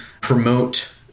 promote